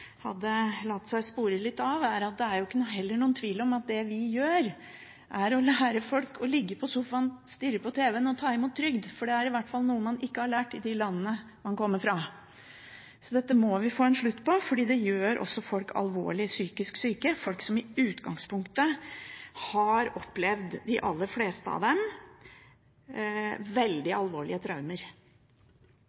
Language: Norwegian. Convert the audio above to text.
hadde latt seg merke litt av, er at det heller ikke er noen tvil om at vi lærer folk å ligge på sofaen, stirre på tv-en og ta imot trygd. Det er i hvert fall noe man ikke har lært i de landene man kommer fra. Dette må vi få en slutt på fordi det også gjør folk alvorlig psykisk syke – folk som – de fleste av dem – i utgangspunktet har opplevd veldig alvorlige traumer. Den styrkingen som ble gjort av